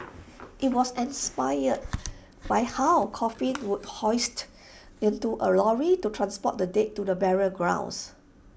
IT was inspired by how coffins would be hoisted into A lorry to transport the dead to burial grounds